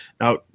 Now